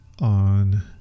on